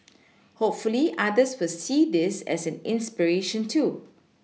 hopefully others will see this as an inspiration too